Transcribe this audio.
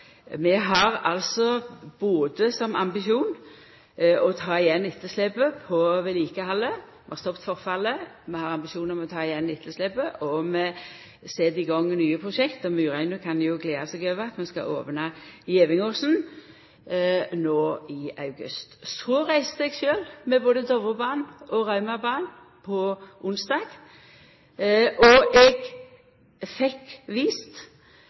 har som ambisjon å ta igjen etterslepet på vedlikehaldet. Vi har stoppa forfallet, vi har ambisjon om ta igjen etterslepet, og vi set i gang med nye prosjekt. Og Myraune kan gleda seg over at vi skal opna Gjevingåsen no i august. Så reiste eg sjølv med både Dovrebanen og Raumabanen på onsdag, og eg fekk vist